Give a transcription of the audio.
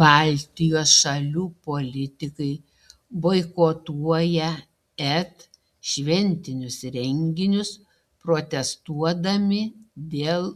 baltijos šalių politikai boikotuoja et šventinius renginius protestuodami dėl